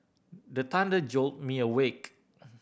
the thunder jolt me awake